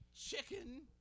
chicken